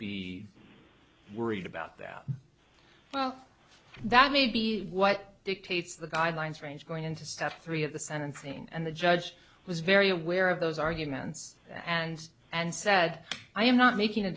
be worried about that well that may be what dictates the guidelines range going into step three of the sentencing and the judge was very aware of those arguments and and said i am not making a